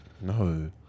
No